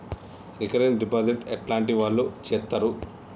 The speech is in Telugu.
రికరింగ్ డిపాజిట్ ఎట్లాంటి వాళ్లు చేత్తరు?